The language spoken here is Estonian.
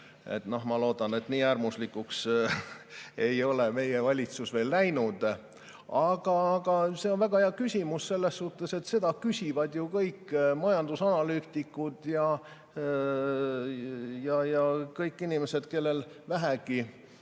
ma loodan, et nii äärmuslikuks ei ole meie valitsus veel läinud. Aga see on väga hea küsimus, sest seda küsivad ju kõik majandusanalüütikud ja kõik inimesed, kellel vähegi